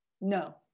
no